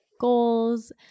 goals